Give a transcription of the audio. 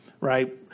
Right